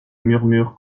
murmure